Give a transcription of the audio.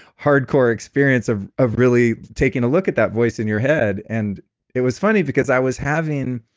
hard-core experience of of really taking a look at that voice in your head, and it was funny because i was having,